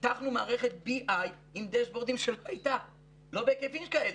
פיתחנו מערכתBI עם דשבורדים של --- לא בהיקפים כאלה,